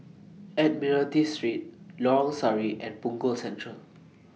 Admiralty Street Lorong Sari and Punggol Central